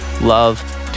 love